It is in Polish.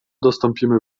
dostąpimy